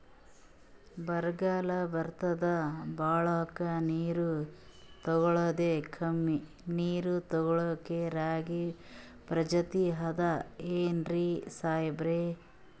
ಬರ್ಗಾಲ್ ಬಂತಂದ್ರ ಬಕ್ಕುಳ ನೀರ್ ತೆಗಳೋದೆ, ಕಮ್ಮಿ ನೀರ್ ತೆಗಳೋ ರಾಗಿ ಪ್ರಜಾತಿ ಆದ್ ಏನ್ರಿ ಸಾಹೇಬ್ರ?